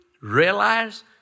realize